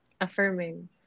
affirming